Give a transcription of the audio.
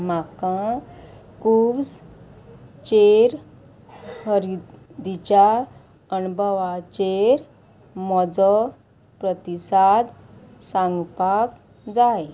म्हाका कुव्ज चेर खरीदीच्या अणभवाचेर म्हजो प्रतिसाद सांगपाक जाय